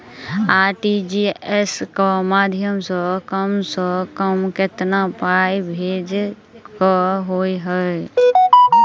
RTGS केँ माध्यम सँ कम सऽ कम केतना पाय भेजे केँ होइ हय?